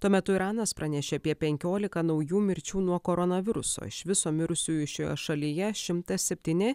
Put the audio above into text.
tuo metu iranas pranešė apie penkiolika naujų mirčių nuo koronaviruso iš viso mirusiųjų šioje šalyje šimtas septyni